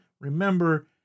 Remember